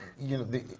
you know, he,